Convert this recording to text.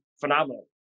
phenomenal